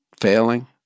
failing